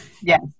Yes